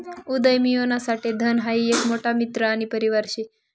उदयमियोना साठे धन हाई एक मोठा मित्र आणि परिवार शे